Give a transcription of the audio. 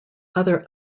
other